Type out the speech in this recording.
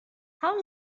how